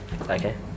Okay